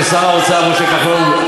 שר האוצר משה כחלון,